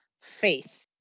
faith